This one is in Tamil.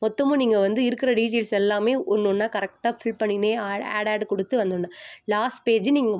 மொத்தமும் நீங்கள் வந்து இருக்கிற டீட்டெய்ல்ஸ் எல்லாமே ஒன்று ஒன்றா கரெக்டாக ஃபில் பண்ணிக்கின்னே ஆ ஆட் ஆட் கொடுத்து வந்துடணும் லாஸ்ட் பேஜி நீங்கள்